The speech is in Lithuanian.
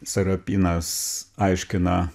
sarapinas aiškina